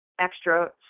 extra